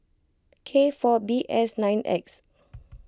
K four B S nine X